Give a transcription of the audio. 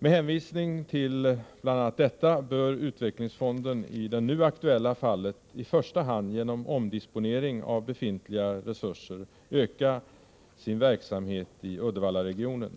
Med hänvisning bl.a. till denna behandling bör utvecklingsfonden i det nu aktuella fallet i första hand genom omdisponering av befintliga resurser öka sin verksamhet i Uddevallaregionen.